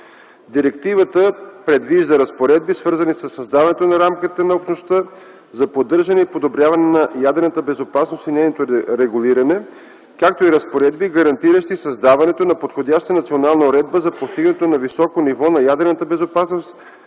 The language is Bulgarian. Директивата предвижда разпоредби, свързани със създаването на рамката на Общността за поддържане и подобряване на ядрената безопасност и нейното регулиране, както и разпоредби, гарантиращи създаването на подходяща национална уредба за постигането на високо ниво на ядрена безопасност